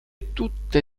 tutte